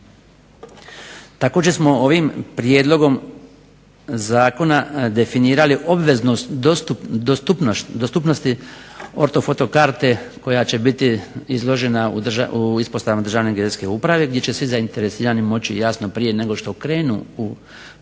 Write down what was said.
Također smo ovim prijedlogom zakona definirali obveznost dostupnosti ortofoto karte koja će biti izložena u ispostavama Državne geodetske uprave gdje će svi zainteresirani moći jasno prije nego što krenu u podnošenje